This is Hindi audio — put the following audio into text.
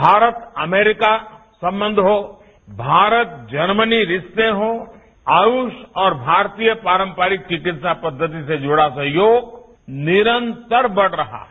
भारत अमेरिका संबंध हो भारत जर्मनी रिश्तें हों आयुष और भारतीय पारम्परिक चिकित्सा पद्दति से जुड़ा सहयोग निरंतर बढ़ रहा है